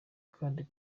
kandi